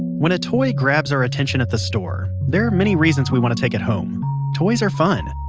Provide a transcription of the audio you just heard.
when a toy grabs our attention at the store, there are many reasons we want to take it home toys are fun!